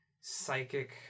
psychic